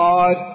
God